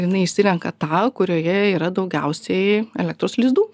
jinai išsirenka tą kurioje yra daugiausiai elektros lizdų